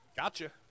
Gotcha